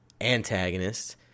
antagonist